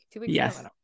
yes